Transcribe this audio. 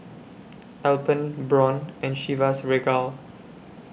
Alpen Braun and Chivas Regal